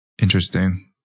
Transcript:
Interesting